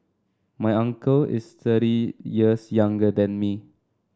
my uncle is thirty years younger than me